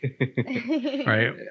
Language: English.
right